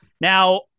Now